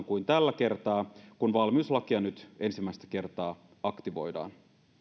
kuin tällä kertaa kun valmiuslakia nyt ensimmäistä kertaa aktivoidaan